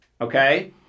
Okay